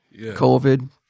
COVID